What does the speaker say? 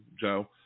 Joe